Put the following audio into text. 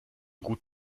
gut